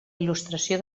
il·lustració